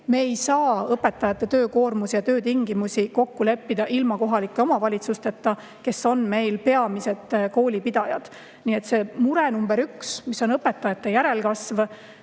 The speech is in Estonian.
Me ei saa õpetajate töökoormust ja töötingimusi kokku leppida ilma kohalike omavalitsusteta, kes on meil peamised koolipidajad. Nii et mure nr 1 on õpetajate järelkasv.